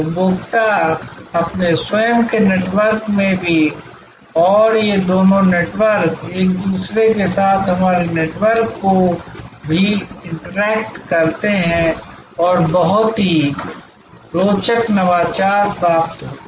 उपभोक्ता अपने स्वयं के नेटवर्क में भी हैं और ये दोनों नेटवर्क एक दूसरे के साथ हमारे नेटवर्क को भी इंटरैक्ट करते हैं और बहुत ही रोचक नवाचार प्राप्त होते हैं